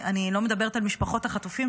אני לא מדברת על משפחות החטופים,